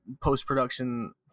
post-production